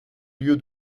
lieu